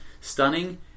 stunning